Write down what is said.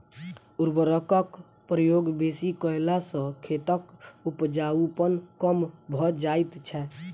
उर्वरकक प्रयोग बेसी कयला सॅ खेतक उपजाउपन कम भ जाइत छै